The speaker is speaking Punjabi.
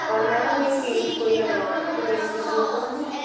ਪਰ ਮੈਡਮ ਇਹ ਫੀਸ ਕੋਈ ਐਡਵਾਂਸ ਦੇਣ ਦੀ ਜ਼ਰੂਰਤ ਤਾਂ ਨਹੀਂ